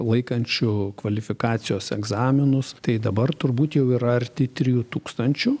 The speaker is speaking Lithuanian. laikančių kvalifikacijos egzaminus tai dabar turbūt jau yra arti trijų tūkstančių